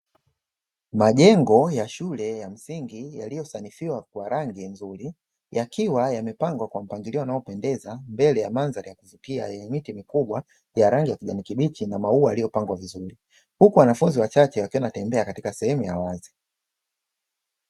Majengo ya shule ya msingi yaliyosanifiwa kwa rangi nzuri, yakiwa yamepangwa kwa mpangilio unaopendeza, mbele ya mandhari ya kuvutia yenye miti mikubwa ya rangi ya kijani kibichi na maua yaliyopangwa vizuri. Huku wanafunzi wachache wakiwa wanatembea katika sehemu ya awazi.